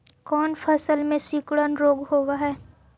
कोन फ़सल में सिकुड़न रोग होब है?